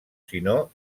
sinó